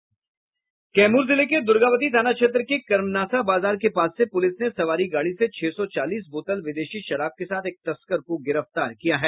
कैमूर जिले के दुर्गावती थाना क्षेत्र के कर्मनाशा बाजार के पास से प्रलिस ने सवारी गाड़ी से छह सौ चालीस बोतल विदेशी शराब के साथ एक तस्कर को गिरफ्तार किया है